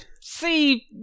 See